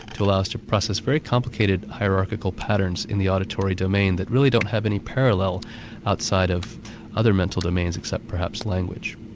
to allow us to process very complicated hierarchical patterns in the auditory domain that really don't have any parallel outside of other mental domains, except perhaps language.